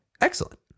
excellent